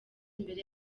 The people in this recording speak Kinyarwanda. imbere